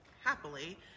happily